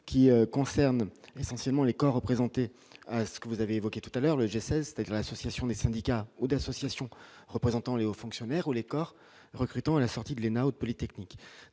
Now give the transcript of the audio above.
qui concerne essentiellement les corps représenté, ce que vous avez évoqué tout à l'heure le j'essaie, c'est-à-dire l'association des syndicats ou d'associations représentant Les Hauts fonctionnaires ou les corps, recrutant à la sortie de l'ENA ou de Polytechnique,